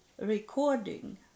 recording